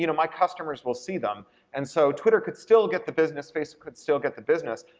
you know my customers will see them and so twitter could still get the business, facebook could still get the business,